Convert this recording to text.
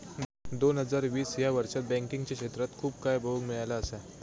दोन हजार वीस ह्या वर्षात बँकिंगच्या क्षेत्रात खूप काय बघुक मिळाला असा